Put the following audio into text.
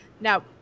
Now